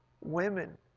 Women